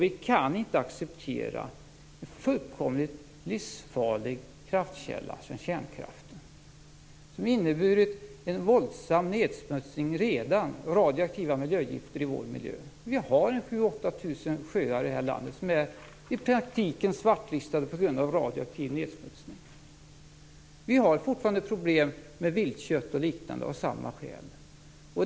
Vi kan inte acceptera en fullkomligt livsfarlig kraftkälla, kärnkraften, som redan inneburit en våldsam nedsmutsning med radioaktiva miljögifter i vår miljö. Vi har 7 000 8 000 sjöar i landet som i praktiken är svartlistade på grund av radioaktiv nedsmutsning. Vi har fortfarande problem med viltkött och liknande av samma skäl.